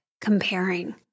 comparing